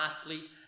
athlete